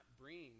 bring